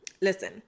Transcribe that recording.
Listen